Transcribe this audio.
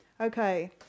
Okay